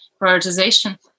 prioritization